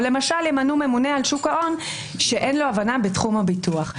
או למשל ימנו ממונה על שוק ההון שאין לו הבנה בתחום הביטוח.